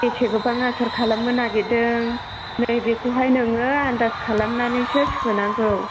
बेसे गोबां आसार खालामनो नागिरदों नै बेखौहाय नोङो आनदास खालामनानैसो सोनांगौ